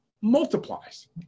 multiplies